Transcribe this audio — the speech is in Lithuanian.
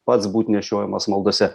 pats būt nešiojamas maldose